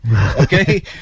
Okay